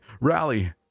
Rally